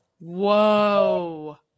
Whoa